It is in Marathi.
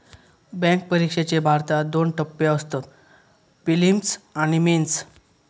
बॅन्क परिक्षेचे भारतात दोन टप्पे असतत, पिलिम्स आणि मेंस